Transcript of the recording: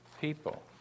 people